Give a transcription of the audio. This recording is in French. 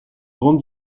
grande